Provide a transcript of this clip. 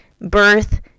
birth